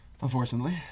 Unfortunately